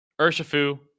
urshifu